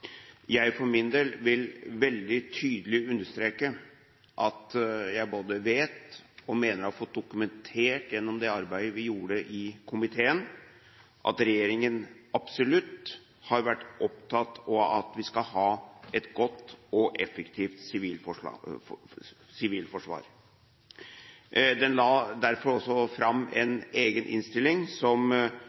jeg for min del vil veldig tydelig understreke at jeg både vet og mener å ha fått dokumentert gjennom det arbeidet vi gjorde i komiteen, at regjeringen absolutt har vært opptatt av at vi skal ha et godt og effektivt sivilforsvar. Den la derfor også fram en egen melding, som